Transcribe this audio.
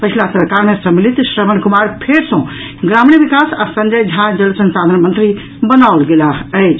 पछिला सरकार मे सम्मिलित श्रवण कुमार फेर सॅ ग्रामीण विकास आ संजय झा जल संसाधन मंत्री बनाओल गेलाह अछि